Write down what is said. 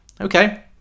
okay